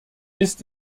ist